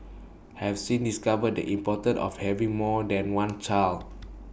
have since discovered the importance of having more than one child